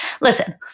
listen